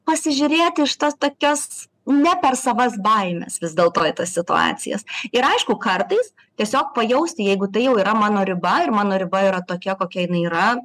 pasižiūrėti iš tos tokios ne per savas baimes vis dėlto į tas situacijas ir aišku kartais tiesiog pajausti jeigu tai jau yra mano riba ir mano riba yra tokia kokia jinai yra